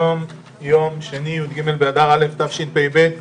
יום שני י"ג באדר א' תשפ"ב,